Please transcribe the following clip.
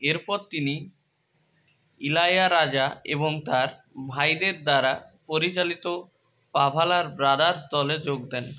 এরপর তিনি ইলাইয়ারাজা এবং তাঁর ভাইদের দ্বারা পরিচালিত পাভালার ব্রাদার্স দলে যোগ দেন